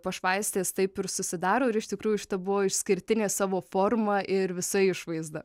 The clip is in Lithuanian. pašvaistės taip ir susidaro ir iš tikrųjų šita buvo išskirtinė savo forma ir visa išvaizda